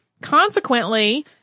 Consequently